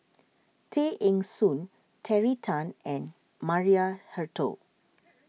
Tay Eng Soon Terry Tan and Maria Hertogh